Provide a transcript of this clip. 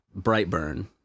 Brightburn